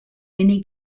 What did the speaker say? mini